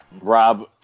Rob